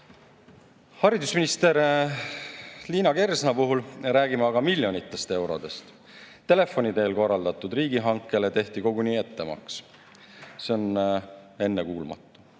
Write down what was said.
Haridusminister Liina Kersna puhul räägime miljonitest eurodest. Telefoni teel korraldatud riigihankele tehti koguni ettemaks. See on ennekuulmatu.